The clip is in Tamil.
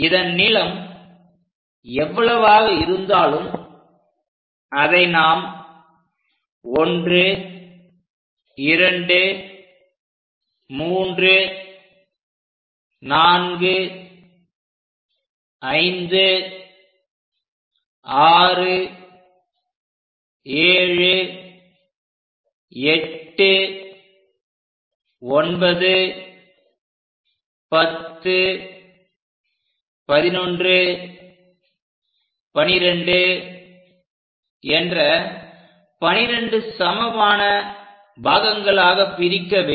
இதன் நீளம் எவ்வளவாக இருந்தாலும் அதை நாம் 1 2 3 4 5 6 7 8 9 10 11 12 என்ற 12 சமமான பாகங்களாகப் பிரிக்க வேண்டும்